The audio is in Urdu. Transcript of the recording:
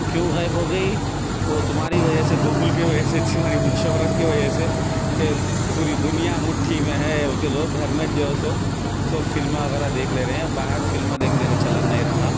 کیوں غائب ہو گئی وہ تمہاری وجہ سے گوگل کی وجہ سے تمہاری شہرت کی وجہ سے کہ پوری دنیا مٹھی میں ہے بول کے لوگ گھر میں جو سو سب فلمیں وغیرہ دیکھ لے رہے ہیں باہر فلمیں وغیرہ دیکھنے کا چلن نہیں رہا